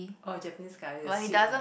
oh Japanese curry the sweet ah